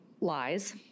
lies